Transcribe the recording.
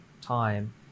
time